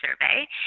survey